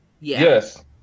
yes